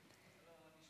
לענייננו.